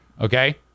Okay